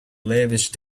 lavish